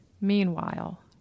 Meanwhile